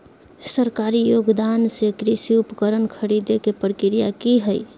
सरकारी योगदान से कृषि उपकरण खरीदे के प्रक्रिया की हय?